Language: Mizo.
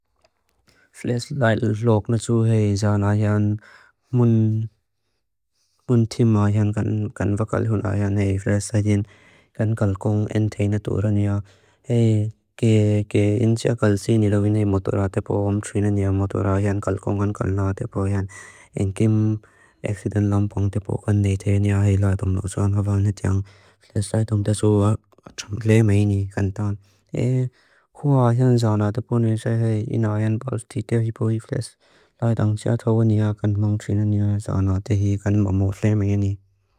Flés lailu flókunatsú hei zána áján mun tím áján kan va kaljun áján hei flés áján kan kalcóng en teinatúra niyá. Hei ké in tia kalcí nilavíni motúra tepo ám tríni niyá motúra áján kalcóng kan kalná tepo áján en kim éxidén lampón tepo kan neité niyá hei laibam nausáan haváni tiyáng. Flés laitúm tasú átúng léi meini kan tán. Hei hú áján zána tepúniin séi hei in áján baustí tiyá hipói flés laidáng tsiá tówa niyá kan móng tríni niyá zána tehi kan mamó léi meini.